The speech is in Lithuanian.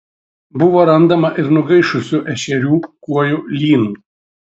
buvo randama ir nugaišusių ešerių kuojų lynų